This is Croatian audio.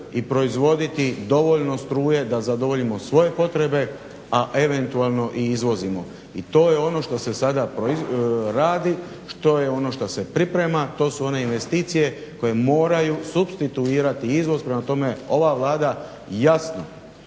i proizvoditi dovoljno struje da zadovoljimo svoje potrebe, a eventualno i izvozimo. I to je ono što se sada radi, što je ono što se priprema, to su one investicije koje moraju supstituirati izvoz. Prema tome, ova Vlada jasno